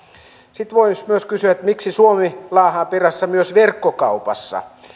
sitten voisi myös kysyä miksi suomi laahaa perässä myös verkkokaupassa